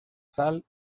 sal